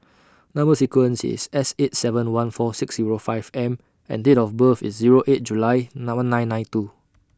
Number sequence IS S eight seven one four six Zero five M and Date of birth IS Zero eight July nine one nine two